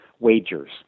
wagers